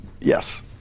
Yes